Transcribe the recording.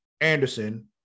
Anderson